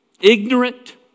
Ignorant